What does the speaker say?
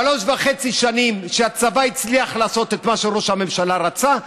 שלוש שנים וחצי שהצבא הצליח לעשות את מה שראש הממשלה רצה,